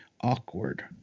awkward